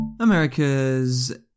America's